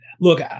Look